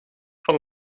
van